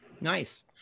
Nice